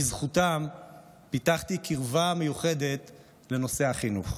בזכותם פיתחתי קרבה מיוחדת לנושא החינוך.